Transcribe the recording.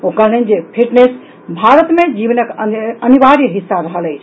ओ कहलनि जे फिटनेस भारत मे जीवनक अनिवार्य हिस्सा रहल अछि